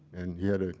and he had and